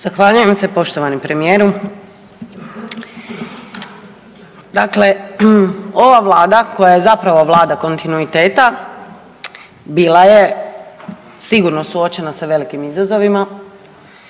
Zahvaljujem se poštovani premijeru. Dakle, ova Vlada koja je zapravo Vlada kontinuiteta bila je sigurno suočena sa velikim izazovima.